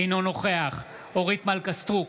אינו נוכח אורית מלכה סטרוק,